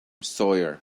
sawyer